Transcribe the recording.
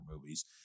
movies